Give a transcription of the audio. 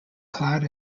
cloud